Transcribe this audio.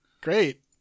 great